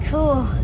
Cool